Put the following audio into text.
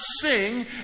sing